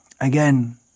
Again